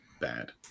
bad